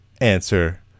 answer